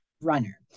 runner